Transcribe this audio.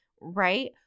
right